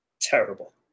terrible